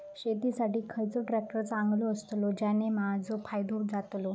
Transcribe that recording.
शेती साठी खयचो ट्रॅक्टर चांगलो अस्तलो ज्याने माजो फायदो जातलो?